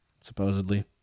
supposedly